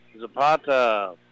Zapata